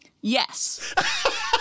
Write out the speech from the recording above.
Yes